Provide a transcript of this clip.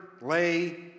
lay